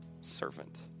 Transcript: servant